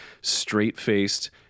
straight-faced